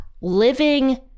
living